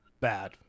bad